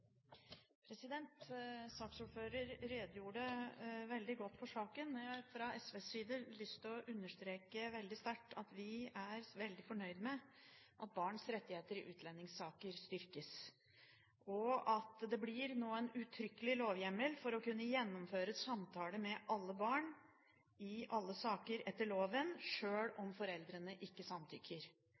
redegjorde veldig godt for saken. Men jeg har fra SVs side lyst til å understreke sterkt at vi er veldig fornøyd med at barns rettigheter i utlendingssaker styrkes, og at det nå blir en uttrykkelig lovhjemmel for å kunne gjennomføre samtale med alle barn – i alle saker, etter loven – sjøl om foreldrene ikke samtykker.